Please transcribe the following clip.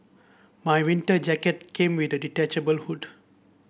my winter jacket came with a detachable hood